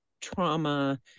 trauma